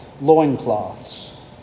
loincloths